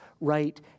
right